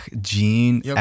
gene